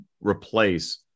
replace